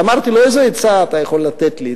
אמרתי לו: איזו עצה אתה יכול לתת לי?